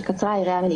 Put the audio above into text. שתיים ושלוש.